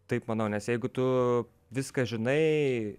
taip manau nes jeigu tu viską žinai